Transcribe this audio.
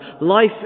life